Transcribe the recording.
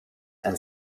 and